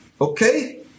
okay